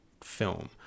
film